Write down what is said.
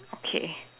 okay